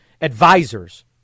advisors